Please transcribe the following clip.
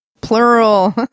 Plural